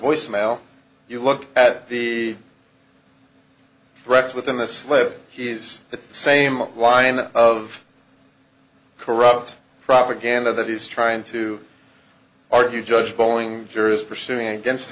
voicemail you look at the threats within the slip he's the same line of corrupt propaganda that he's trying to argue judge going jurors pursuing against